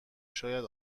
شاید